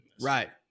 Right